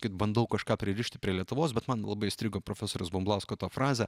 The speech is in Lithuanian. kad bandau kažką pririšti prie lietuvos bet man labai įstrigo profesoriaus bumblausko ta frazė